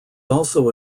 also